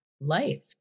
life